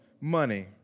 money